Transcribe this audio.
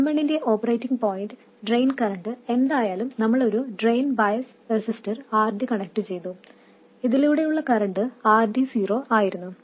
M1 ന്റെ operating point drain current എന്തായാലും നമ്മൾ ഒരു ഡ്രെയിൻ ബയസ് റെസിസ്റ്റർ RD കണക്റ്റുചെയ്തു ഇതിലൂടെയുള്ള കറൻറ് ID0 ആയിരുന്നു